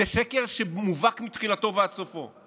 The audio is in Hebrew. זה שקר מובהק מתחילתו ועד סופו.